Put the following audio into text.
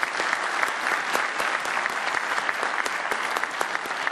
(מחיאות כפיים)